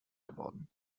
geworden